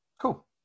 cool